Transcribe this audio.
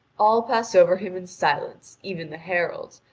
all pass over him in silence, even the heralds,